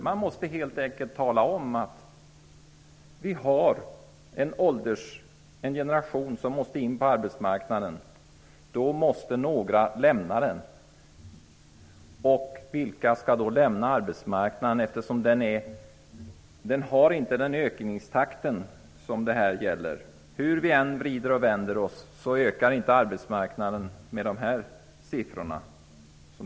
Man måste helt enkelt tala om att vi har en generation som måste in på arbetsmarknaden. Men då måste några lämna den. Vilka är det då som skall lämna arbetsmarknaden? Antalet arbeten ökar inte i den takt som det här skulle vara fråga om. Hur vi än vrider och vänder oss, ökar inte omfattningen av arbetsmarknaden med sådana siffror.